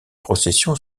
procession